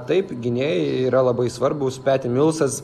taip gynėjai yra labai svarbūs peti milsas